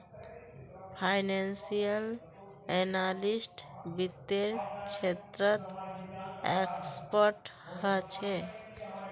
financial analyst वित्त्तेर क्षेत्रत expert ह छे